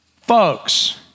Folks